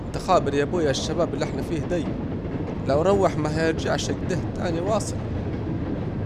انت خابر يابويا الشباب الي احنا فيه ديه، لو راح ميهرجعش اكده تاني واصل